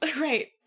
Right